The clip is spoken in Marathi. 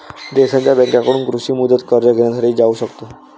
देशांच्या बँकांकडून कृषी मुदत कर्ज घेण्यासाठी जाऊ शकतो